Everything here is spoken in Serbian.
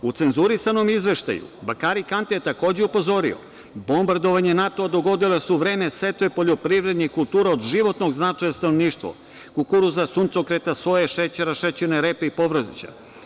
U cenzurisanom izveštaju, Bakiri Kant je takođe upozorio - bombardovanje NATO-a dogodilo se u vreme seče poljoprivrednih kultura od životnog značaja za stanovništvo, kukuruza, suncokreta, soje, šećera, šećerne repe i povrća.